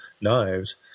knives